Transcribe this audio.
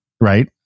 right